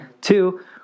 Two